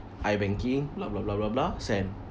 I bank in blah blah blah blah blah send